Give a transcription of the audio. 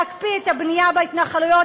להקפיא את הבנייה בהתנחלויות,